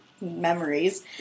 memories